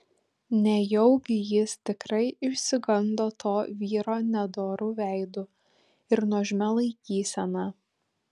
nejaugi jis tikrai išsigando to vyro nedoru veidu ir nuožmia laikysena